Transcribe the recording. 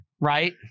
Right